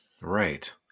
Right